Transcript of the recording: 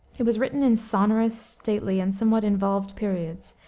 it was written in sonorous, stately and somewhat involved periods,